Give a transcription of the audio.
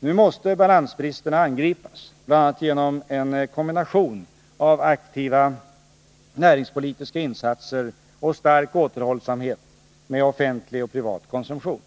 Nu måste balansbristerna angripas bl.a. genom en kombination av aktiva näringspolitiska insatser och stark återhållsamhet med offentlig och privat konsumtion.